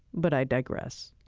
but i digress